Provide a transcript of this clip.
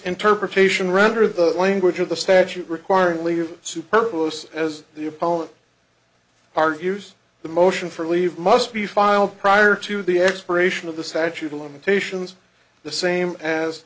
interpretation render the language of the statute requiring leave superpose as the opponent argues the motion for leave must be filed prior to the expiration of the statute of limitations the same as